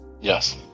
yes